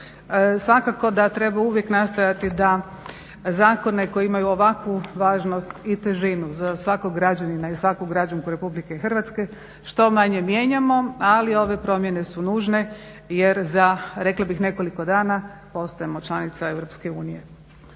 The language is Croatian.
Svakako da treba uvijek nastojati da zakone koji imaju ovakvu važnost i težinu za svakog građanina i svaku građanku Republike Hrvatske što manje mijenjamo, ali ove promjene su nužne jer za nekoliko dana postajemo članica